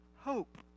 Hope